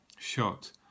shot